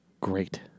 Great